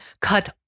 cut